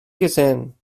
gesehen